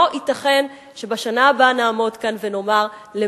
לא ייתכן שבשנה הבאה נעמוד כאן ונאמר: יותר